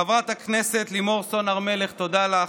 חברת הכנסת לימור סון הר מלך, תודה לך,